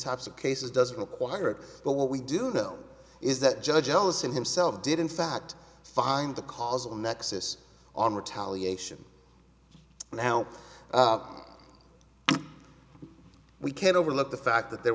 types of cases doesn't require it but what we do know is that judge ellison himself did in fact find the causal nexus on retaliation now we can't overlook the fact that there